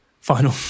final